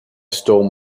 stole